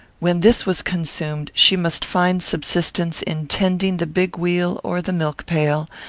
when this was consumed, she must find subsistence in tending the big wheel or the milk-pail,